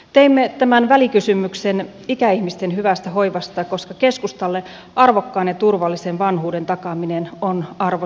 teimme tämän välikysymyksen ikäihmisten hyvästä hoivasta koska keskustalle arvokkaan ja turvallisen vanhuuden takaaminen on arvo sinänsä